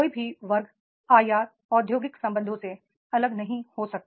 कोई भी वर्ग आईआर औद्योगिक संबंधों से अलग नहीं हो सकता